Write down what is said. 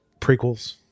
prequels